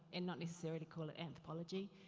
and not necessarily call it anthropology.